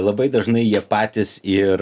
labai dažnai jie patys ir